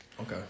Okay